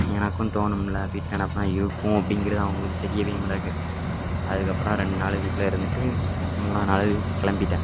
எனக்கும் தோணும்லே வீட்டு நினப்புலாம் இருக்கும் அப்படிங்கிறது அவங்களுக்கு தெரியவே மாட்டேக்கு அதுக்கப்புறம் ரெண்டு நாள் வீட்டில் இருந்துவிட்டு மூணாம் நாள் கிளம்பிட்டேன்